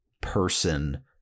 person